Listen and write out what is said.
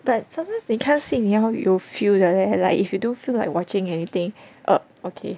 but sometimes 你看戏你要有 feel 的 leh like if you don't feel like watching anything oh okay